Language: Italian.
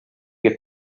che